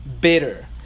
bitter